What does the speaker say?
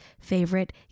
favorite